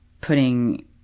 putting